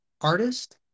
artist